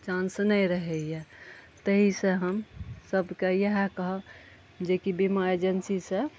चाँस नहि रहैया ताहि सऽ हम सबके इहए कहब जेकि बीमा एजेंसी सऽ